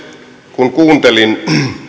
kun kuuntelin